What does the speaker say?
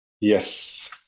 yes